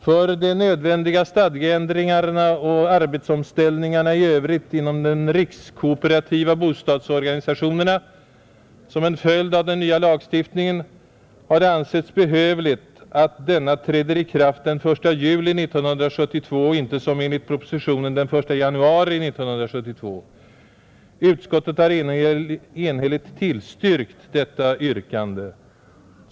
För de nödvändiga stadgeändringarna och arbetsomställningarna i övrigt inom de rikskooperativa bostads Organisationerna, som är en följd av den nya lagstiftningen, har det ansetts behövligt att denna träder i kraft den 1 juli 1972 och inte som enligt propositionen den 1 januari 1972. Utskottet har enhälligt tillstyrkt detta yrkande.